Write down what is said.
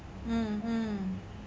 mm mm